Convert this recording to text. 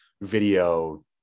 video